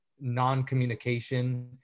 non-communication